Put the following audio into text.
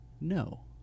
No